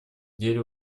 деле